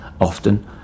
often